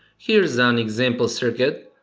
here is an example circuit.